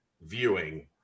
viewing